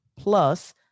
Plus